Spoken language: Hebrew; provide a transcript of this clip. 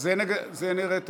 את זה נראה תכף.